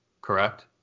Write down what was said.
correct